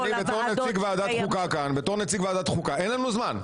אני כנציג ועדת חוקה כאן אומר שאין לנו זמן.